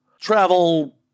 Travel